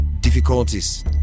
difficulties